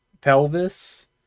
pelvis